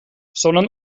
sondern